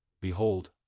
behold